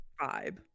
vibe